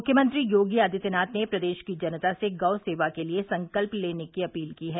मुख्यमंत्री योगी आदित्यनाथ ने प्रदेश की जनता से गौ सेवा के लिये संकल्प लेने की अपील की है